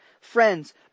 Friends